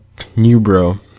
Newbro